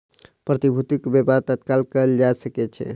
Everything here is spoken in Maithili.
प्रतिभूतिक व्यापार तत्काल कएल जा सकै छै